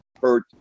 hurt